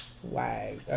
swag